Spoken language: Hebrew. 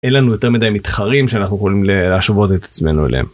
אין לנו יותר מדי מתחרים שאנחנו יכולים להשוות את עצמנו אליהם.